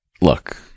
Look